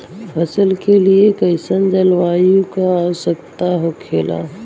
फसल के लिए कईसन जलवायु का आवश्यकता हो खेला?